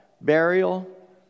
burial